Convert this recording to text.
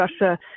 Russia